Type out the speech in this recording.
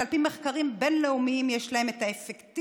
שעל פי מחקרים בין-לאומיים יש להן את האפקטיביות